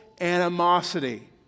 animosity